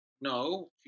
No